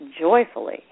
joyfully